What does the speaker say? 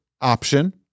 option